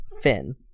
Finn